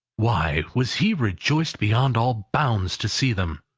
why was he rejoiced beyond all bounds to see them!